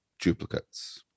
duplicates